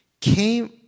came